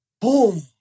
Boom